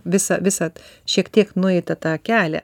visą visad šiek tiek nueitą tą kelią